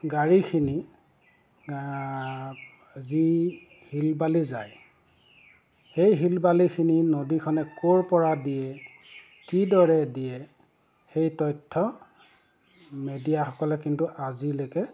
গাড়ীখিনি যি শিল বালি যায় সেই শিল বালিখিনি নদীখনে ক'ৰপৰা দিয়ে কিদৰে দিয়ে সেই তথ্য মেডিয়াসকলে কিন্তু আজিলৈকে